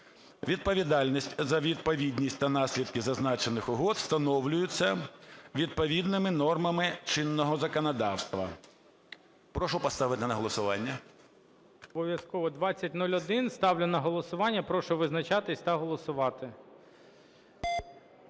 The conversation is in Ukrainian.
"Відповідальність за відповідність та наслідки зазначених угод встановлюються відповідними нормами чинного законодавства".